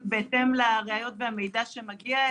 בהתאם לראיות והמידע שמגיע אלינו.